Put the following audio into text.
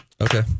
Okay